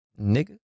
Nigga